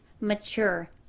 mature